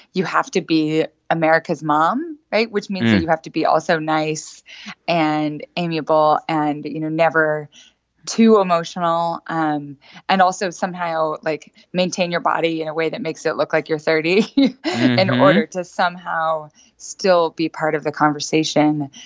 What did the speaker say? you have to be america's mom right? which means that you have to be also nice and amiable and, you know, never too emotional um and also somehow, like, maintain your body in a way that makes it look like you're thirty in order to somehow still be part of the conversation.